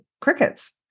Crickets